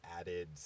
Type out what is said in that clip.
added